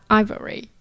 ivory